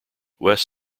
west